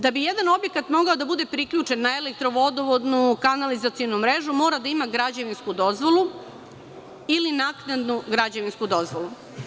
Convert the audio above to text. Da bi jedan objekat mogao da bude priključen na elektro-vodovodnu kanalizacionu mrežu mora da ima građevinsku dozvolu ili naknadnu građevinsku dozvolu.